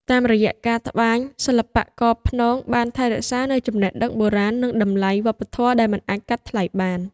តាមរយៈការត្បាញ សិល្បករព្នងបានថែរក្សានូវចំណេះដឹងបុរាណនិងតម្លៃវប្បធម៌ដែលមិនអាចកាត់ថ្លៃបាន។